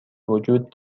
وجود